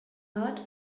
herd